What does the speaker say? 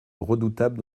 redoutable